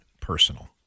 personal